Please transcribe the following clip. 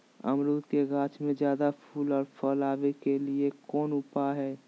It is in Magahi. अमरूद के गाछ में ज्यादा फुल और फल आबे के लिए कौन उपाय है?